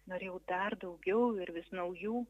norėjau dar daugiau ir vis naujų